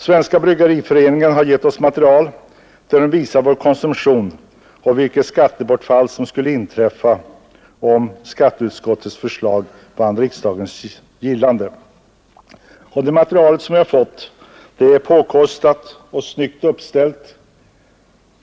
Svenska bryggareföreningen har gett oss material som visar vår konsumtion och vilket skattebortfall det skulle bli om skatteutskottets förslag vann riksdagens gillande. Det material som vi har fått är påkostat och snyggt uppställt.